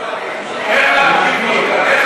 ואם לא מתאים לי,